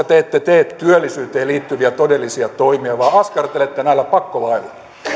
te ette tee työllisyyteen liittyviä todellisia toimia vaan askartelette näillä pakkolaeilla